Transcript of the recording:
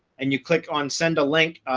and you click on send a link,